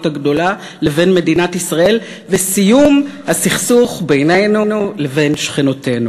הגדולה לבין מדינת ישראל וסיום הסכסוך בינינו לבין שכנותינו,